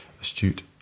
astute